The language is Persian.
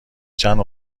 چند